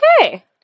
Okay